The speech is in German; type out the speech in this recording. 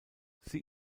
sie